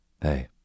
Hey